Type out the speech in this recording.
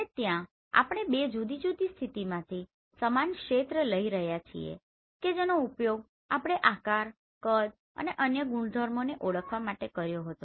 અને ત્યાં આપણે બે જુદી જુદી સ્થિતિમાંથી સમાન ક્ષેત્ર લઇ રહ્યા છીએ કે જેનો ઉપયોગ આપણે આકાર કદ અને અન્ય ગુણધર્મોને ઓળખવા માટે કર્યો હતો